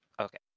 Okay